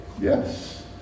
Yes